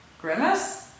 Grimace